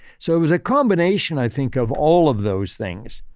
so, it was a combination i think, of all of those things.